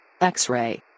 X-ray